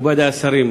מכובדי השרים,